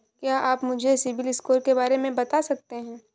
क्या आप मुझे सिबिल स्कोर के बारे में बता सकते हैं?